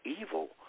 evil